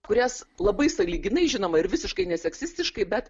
kurias labai sąlyginai žinoma ir visiškai neseksistiškai bet